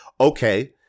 Okay